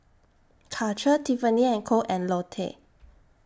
Karcher Tiffany and Co and Lotte